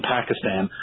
Pakistan